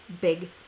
big